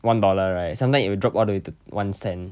one dollar right sometime it will drop all the way to one cent